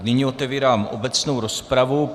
Nyní otevírám obecnou rozpravu.